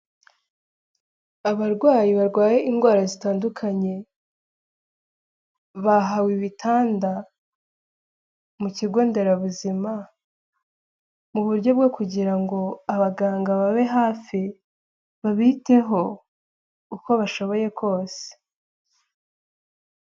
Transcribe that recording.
Abarwayi barwaye indwara zitandukanye, bahawe ibitanda mu kigo nderabuzima, mu buryo bwo kugira ngo abaganga bababe hafi, babiteho, uko bashoboye kose.